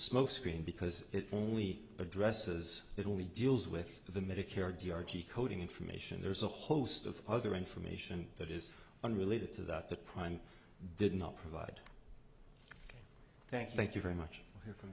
smokescreen because it only addresses it only deals with the medicare d r g coding information there's a host of other information that is unrelated to that the prime did not provide thank thank you very much from